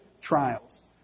Trials